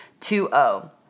2O